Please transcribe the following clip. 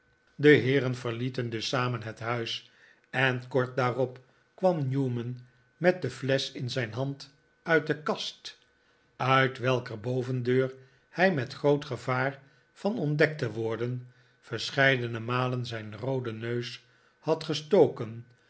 de heeren verlieten dus samen het huis en kort daarop kwam newman met de flesch in zijn hand uit de kast uit welker bovendeur hij met groot gevaar van ontdekt te worden verscheidene malen zijn rooden neus had gestoken